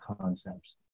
concepts